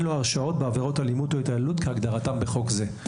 לו הרשעות בעבירות אלימות או התעללות כהגדרתן בחוק זה.